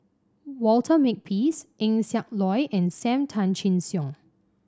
Walter Makepeace Eng Siak Loy and Sam Tan Chin Siong